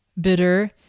bitter